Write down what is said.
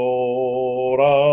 ora